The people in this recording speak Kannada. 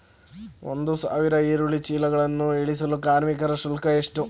ಒಂದು ಸಾವಿರ ಈರುಳ್ಳಿ ಚೀಲಗಳನ್ನು ಇಳಿಸಲು ಕಾರ್ಮಿಕರ ಶುಲ್ಕ ಎಷ್ಟು?